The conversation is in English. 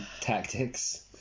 tactics